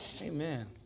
Amen